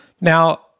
Now